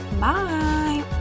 bye